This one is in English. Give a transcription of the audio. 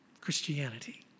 Christianity